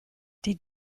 die